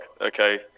okay